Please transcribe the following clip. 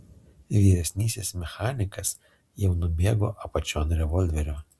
vyresnysis mechanikas jau nubėgo apačion revolverio